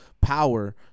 power